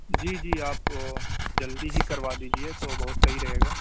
جی جی آپ جلدی ہی کروا دیجیے تو بہت صحیح رہے گا